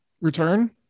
return